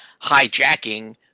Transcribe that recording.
hijacking